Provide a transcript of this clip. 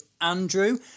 Andrew